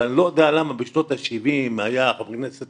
אבל אני לא יודע למה בשנות ה-70 היה חבר הכנסת